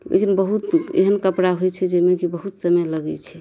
लेकिन बहुत एहन कपड़ा होइ छै जाहिमे कि बहुत समय लगै छै